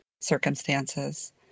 circumstances